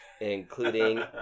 including